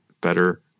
better